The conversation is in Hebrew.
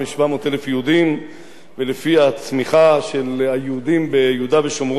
ולפי הצמיחה של היהודים ביהודה ושומרון ובמזרחה של ירושלים,